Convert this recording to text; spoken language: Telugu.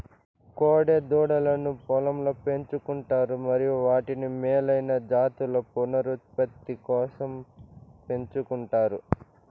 కోడె దూడలను పొలంలో పెంచు కుంటారు మరియు వాటిని మేలైన జాతుల పునరుత్పత్తి కోసం పెంచుకుంటారు